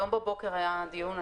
היום בבוקר היה דיון.